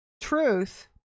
truth